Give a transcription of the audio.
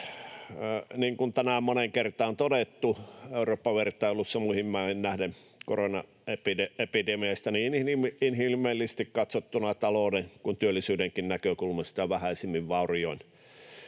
niin kuin tänään on moneen kertaan todettu — Eurooppa-vertailussa muihin maihin nähden koronaepidemiasta niin inhimillisesti katsottuna, talouden kuin työllisyydenkin näkökulmasta vähäisimmin vaurioin,